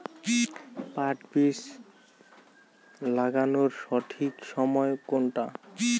পাট বীজ লাগানোর সঠিক সময় কোনটা?